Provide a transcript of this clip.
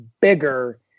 bigger